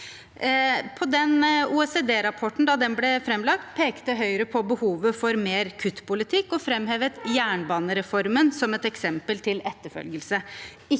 Da OECD-rapporten ble framlagt, pekte Høyre på behovet for mer kuttpolitikk og framhevet jernbanereformen som et eksempel til etterfølgelse.